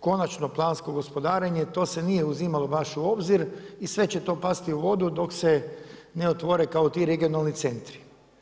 konačno plansko gospodarenje, to se nije uzimalo baš u obzir i sve će to pasti u vodu, dok se ne otvore kao ti regionalni centri.